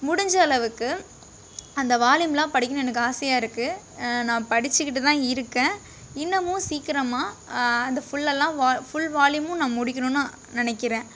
முடிஞ்ச அளவுக்கு அந்த வால்யூமெலாம் படிக்கணும்னு எனக்கு ஆசையாக இருக்குது நா படிச்சுக்கிட்டு தான் இருக்கேன் இன்னமும் சீக்கிரமாக அந்த ஃபுல்லெலாம் வா ஃபுல் வால்யூமும் நான் முடிக்கணும்னு நினைக்கிறேன்